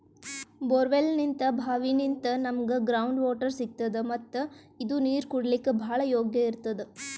ಬೋರ್ವೆಲ್ನಿಂತ್ ಭಾವಿನಿಂತ್ ನಮ್ಗ್ ground water ಸಿಗ್ತದ ಮತ್ತ್ ಇದು ನೀರ್ ಕುಡ್ಲಿಕ್ಕ್ ಭಾಳ್ ಯೋಗ್ಯ್ ಇರ್ತದ್